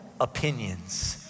opinions